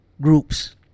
groups